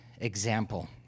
example